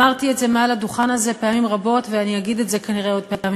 אמרתי את זה מעל הדוכן הזה פעמים רבות ואגיד את עוד פעמים